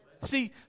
See